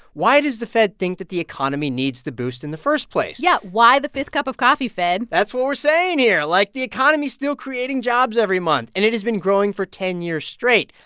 why does the fed think that the economy needs the boost in the first place? yeah, why the fifth cup of coffee, fed? that's what we're saying here. like, the economy's still creating jobs every month, and it has been growing for ten years straight.